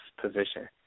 position